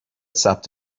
ثبت